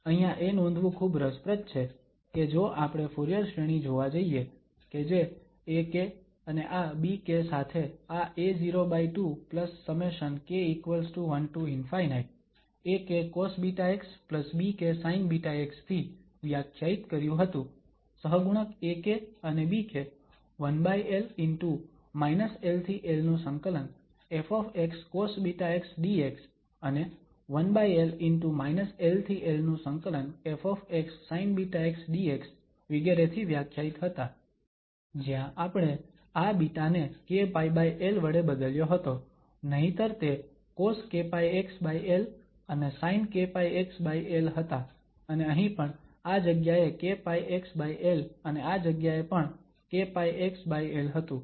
અહીંયા એ નોંધવું ખૂબ રસપ્રદ છે કે જો આપણે ફુરીયર શ્રેણી જોવા જઈએ કે જે ak અને આ bk સાથે આ a02 ∑ak cosβx bk sinβx k1 થી ∞ થી વ્યાખ્યાયિત કર્યું હતુ સહગુણક ak અને bk 1l ✕ l∫l ƒ cosβx dx અને 1l ✕ l∫l ƒ sinβx dx વિગેરે થી વ્યાખ્યાયિત હતા જ્યાં આપણે આ β ને kπl વડે બદલ્યો હતો નહિતર તે coskπxl અને sinkπxl હતા અને અહીં પણ આ જગ્યાએ kπxl અને આ જગ્યાએ પણ kπxl હતું